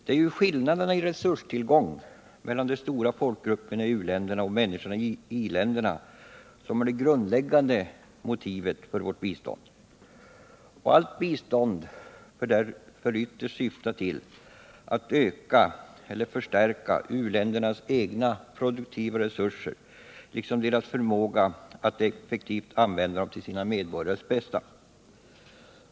Det är ju skillnaderna i resurstillgång mellan de stora folkgrupperna i u-länderna och människorna i iländerna som är det grundläggande motivet för vårt bistånd. Allt bistånd bör därför ytterst syfta till att öka eller förstärka u-ländernas egna produktiva resurser liksom deras förmåga att effektivt använda dem till sina medborgares bästa.